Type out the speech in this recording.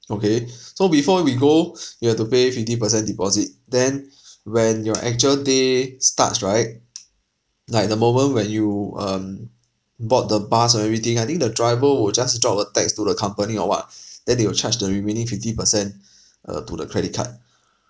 okay so before we go you have to pay fifty percent deposit then when your actual day starts right like the moment when you um board the bus and everything I think the driver will just drop a text to the company or what then they will charge the remaining fifty percent uh to the credit card